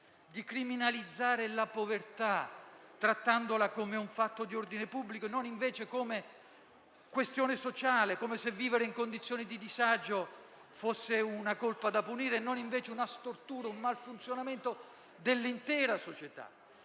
di criminalizzare la povertà trattandola come un fatto di ordine pubblico e non invece come questione sociale; come se vivere in condizioni di disagio fosse una colpa da punire e non invece una stortura, un mal funzionamento dell'intera società.